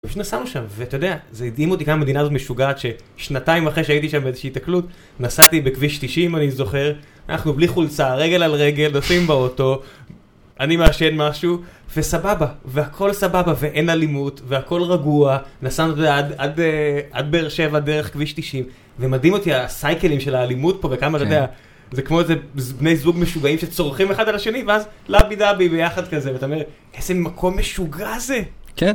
נסענו שם ואתה יודע זה הדהים אותי כמה מדינה זו משוגעת ששנתיים אחרי שהייתי שם באיזושהי התקלות נסעתי בכביש 90 אני זוכר אנחנו בלי חולצה, רגל על רגל, נוסעים באוטו, אני מעשן משהו וסבבה והכל סבבה ואין אלימות והכל רגוע נסענו עד באר שבע דרך כביש 90 ומדהים אותי הסייקלים של האלימות פה וכמה אתה יודע זה כמו בני זוג משוגעים שצורחים אחד על השני ואז לבי-דבי ביחד כזה ואתה אומר איזה מקום משוגע זה. כן.